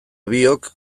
biok